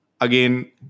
again